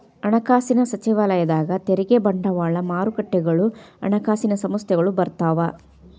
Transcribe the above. ಹಣಕಾಸಿನ ಸಚಿವಾಲಯದಾಗ ತೆರಿಗೆ ಬಂಡವಾಳ ಮಾರುಕಟ್ಟೆಗಳು ಹಣಕಾಸಿನ ಸಂಸ್ಥೆಗಳು ಬರ್ತಾವ